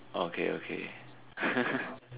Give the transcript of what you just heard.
okay okay